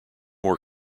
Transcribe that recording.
more